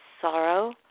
sorrow